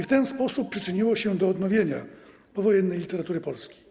W ten sposób przyczynił się do odnowienia powojennej literatury polskiej.